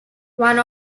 one